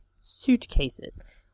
suitcases